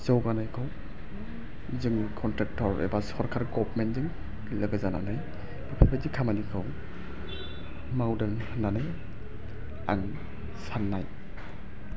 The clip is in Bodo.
जौगानायखौ जों कन्ट्रेक्टर एबा सरकार गभमेनटजों लोगो जानानै बेफोरबादि खामानिखौ मावदों होननानै आं साननाय